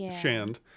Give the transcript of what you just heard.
Shand